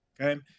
Okay